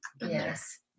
Yes